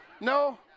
No